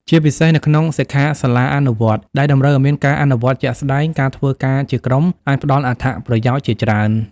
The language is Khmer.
ជាពិសេសនៅក្នុង សិក្ខាសាលាអនុវត្តន៍ ដែលតម្រូវឲ្យមានការអនុវត្តជាក់ស្ដែង ការធ្វើការជាក្រុមអាចផ្តល់អត្ថប្រយោជន៍ជាច្រើន។